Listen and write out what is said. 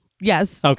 Yes